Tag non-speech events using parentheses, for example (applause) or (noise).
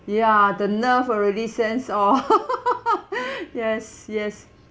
ya the nerve already sense all (laughs) yes yes